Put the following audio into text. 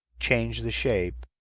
change the shape,